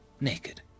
naked